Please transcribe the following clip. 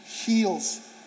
heals